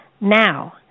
Now